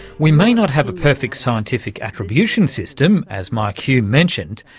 we may not have a perfect scientific attribution system, as mike hulme mentioned,